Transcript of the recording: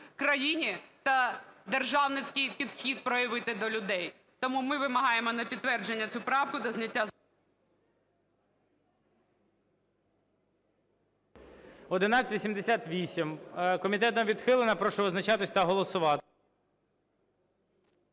країні та державницький підхід проявити до людей. Тому ми вимагаємо на підтвердження цю правку та зняття… ГОЛОВУЮЧИЙ.